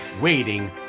waiting